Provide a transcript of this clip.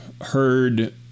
heard